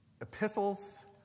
epistles